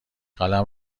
قلم